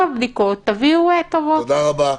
תודה רבה.